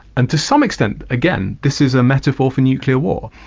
and to some extent, again, this is a metaphor for nuclear war.